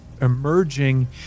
emerging